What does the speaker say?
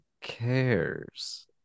cares